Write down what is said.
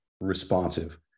responsive